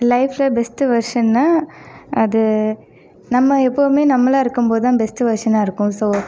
லைஃப்பில் பெஸ்ட் வெர்ஷன்னா அது நம்ம எப்போவுமே நம்மளாக இருக்கும் போது தான் பெஸ்ட் வெர்ஷனாக இருக்கும் ஸோ